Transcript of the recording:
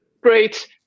great